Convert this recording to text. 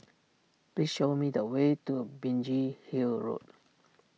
please show me the way to A Biggin Hill Road